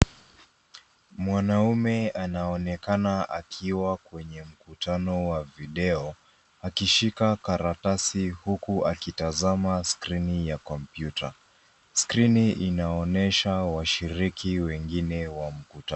Mwanaume anaonekana akiwa kwenye mkutano wa video akishika karatasi huku akitazama skrini ya kompyuta. Skrini inaonyesha washiriki wengine wa mkutano.